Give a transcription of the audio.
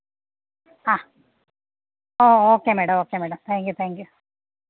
ആ okay madam okay madam thank you thank you